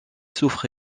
souffrent